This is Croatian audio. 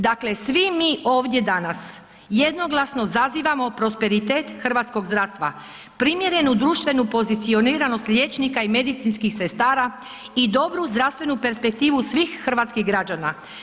Dakle svi mi ovdje danas jednoglasno zazivamo prosperitet hrvatskog zdravstva, primjerenu društvenu pozicioniranost liječnika i medicinskih sestara i dobru zdravstvenu perspektivu svih hrvatskih građana.